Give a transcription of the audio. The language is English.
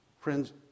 Friends